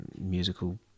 musical